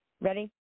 Ready